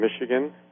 Michigan